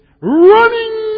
running